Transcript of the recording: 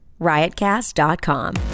Riotcast.com